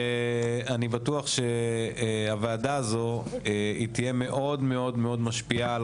אני בטוח שהוועדה הזו תהיה מאוד מאוד משפיעה על